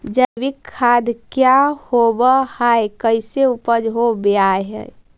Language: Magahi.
जैविक खाद क्या होब हाय कैसे उपज हो ब्हाय?